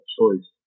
choice